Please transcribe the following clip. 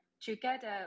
together